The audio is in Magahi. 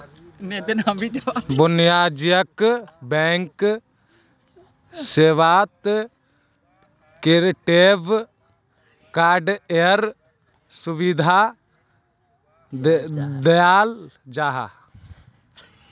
वाणिज्यिक बैंक सेवात क्रेडिट कार्डएर सुविधा दियाल जाहा